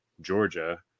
Georgia